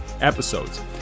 episodes